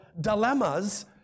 dilemmas